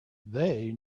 they